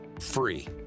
free